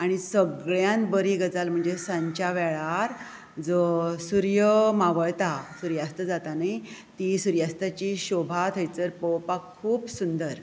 आनी सगळ्यांत बरी गजाल म्हणजे सांच्या वेळार जो सुर्य मावळता सुर्यास्त जाता न्ही ती सुर्यास्ताची शोभा पळोवपाक थंयसर खूब सुंदर